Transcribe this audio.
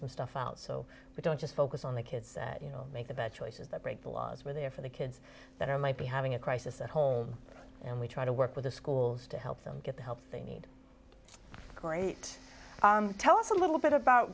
some stuff out so we don't just focus on the kids you know make the bad choices that break the laws where they are for the kids that are might be having a crisis at home and we try to work with the schools to help them get the help they need great tell us a little bit about